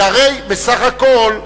שהרי בסך הכול,